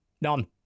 None